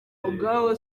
ubwawo